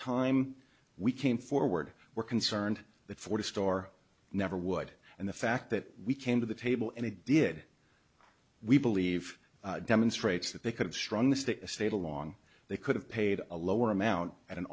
time we came forward were concerned that for the store never would and the fact that we came to the table and it did we believe demonstrates that they could strong the state a state along they could have paid a lower amount at an